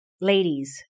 Ladies